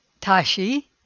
Tashi